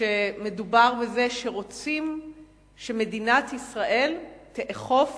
שמדובר בזה שרוצים שמדינת ישראל תאכוף